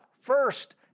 first